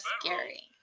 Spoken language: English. scary